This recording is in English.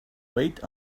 wait